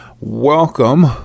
Welcome